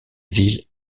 ville